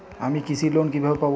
আমি কৃষি লোন কিভাবে পাবো?